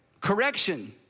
Correction